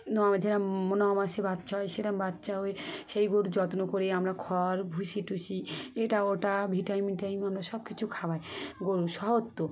ন যেরকম ন মাসে বাচ্চা হয় সেরকম বাচ্চা হয়ে সেই গরুর যত্ন করে আমরা খড় ভুষি টুষি এটা ওটা ভিটামিন বিটামিন আমরা সব কিছু খাওয়াই গরু শহর তো